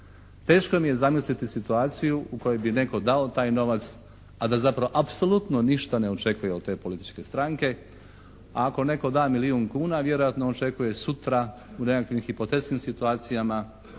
Teško mi je zamisliti situaciju u kojoj bi netko dao taj novac, a da zapravo apsolutno ništa ne očekuje od te političke stranke. A ako netko da milijun kuna vjerojatno očekuje sutra u nekakvih hipotetskim situacijama